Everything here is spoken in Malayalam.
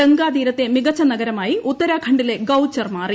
ഗംഗാ തീരത്തെ മികച്ച നഗരമായി ഉത്തരാഖണ്ഡിലെ ഗൌച്ചർ മാറി